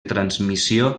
transmissió